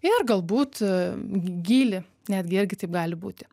ir galbūt gylį netgi irgi taip gali būti